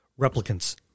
Replicants